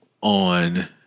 on